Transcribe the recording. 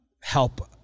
help